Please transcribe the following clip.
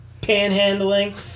panhandling